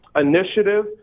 initiative